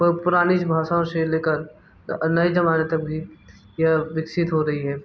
पुराने भाषाओं से ले कर नए जमाने तक भी यह विकसित हो रही है